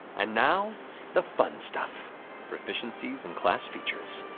and now the fun stuff proficiencies and class features.